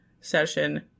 session